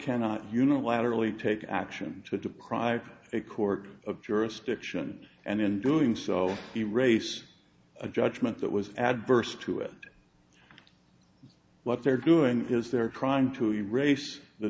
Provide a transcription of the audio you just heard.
cannot unilaterally take action to deprive a court of jurisdiction and in doing so he race a judgment that was adverse to it what they're doing is they're trying to erase the